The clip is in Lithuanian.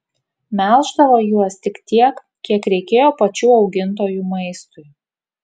melždavo juos tik tiek kiek reikėjo pačių augintojų maistui